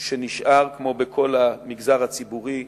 שנשאר, כמו בכל המגזר הציבורי,